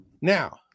Now